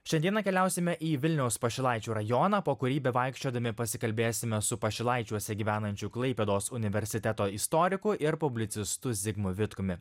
šią dieną keliausime į vilniaus pašilaičių rajoną po kurį bevaikščiodami pasikalbėsime su pašilaičiuose gyvenančiu klaipėdos universiteto istoriku ir publicistu zigmu vitkumi